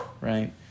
right